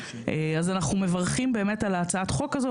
אז אנחנו מברכים באמת על הצעת החוק הזו,